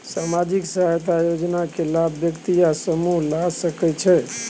सामाजिक सहायता योजना के लाभ व्यक्ति या समूह ला सकै छै?